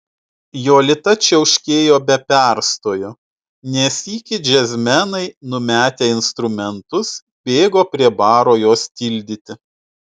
jolita čiauškėjo be perstojo ne sykį džiazmenai numetę instrumentus bėgo prie baro jos tildyti